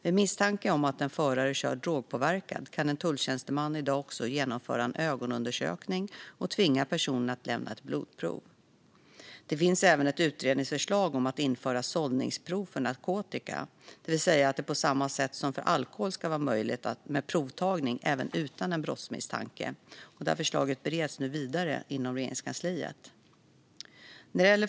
Vid misstanke om att en förare kör drogpåverkad kan en tulltjänsteman i dag också genomföra en ögonundersökning och tvinga personen att lämna ett blodprov. Det finns även ett utredningsförslag om att införa sållningsprov för narkotika, det vill säga att det på samma sätt som för alkohol ska vara möjligt med provtagning även utan en brottsmisstanke. Förslaget bereds nu vidare inom Regeringskansliet.